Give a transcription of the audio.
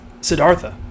Siddhartha